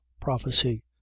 prophecy